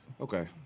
Okay